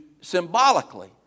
symbolically